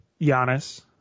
Giannis